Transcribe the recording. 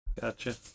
Gotcha